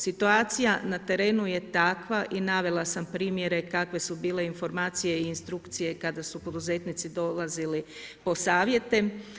Situacija na terenu je takva i navela sam primjere kakve su bile informacije i instrukcije kada su poduzetnici dolazili po savjete.